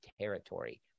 territory